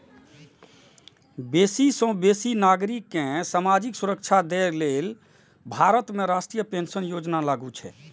बेसी सं बेसी नागरिक कें सामाजिक सुरक्षा दए लेल भारत में राष्ट्रीय पेंशन योजना लागू छै